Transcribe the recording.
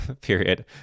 period